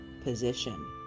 position